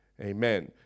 Amen